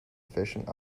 efficient